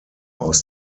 aus